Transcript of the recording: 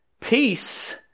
peace